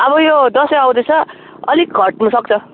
अब यो दसैँ आउँदैछ अलिक घट्नुसक्छ